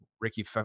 ricky